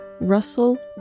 Russell